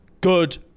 good